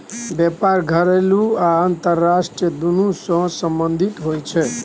बेपार घरेलू आ अंतरराष्ट्रीय दुनु सँ संबंधित होइ छै